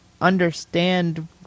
understand